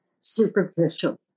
superficial